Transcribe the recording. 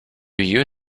you